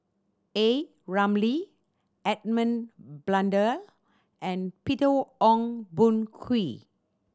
A Ramli Edmund Blundell and Peter Ong Boon Kwee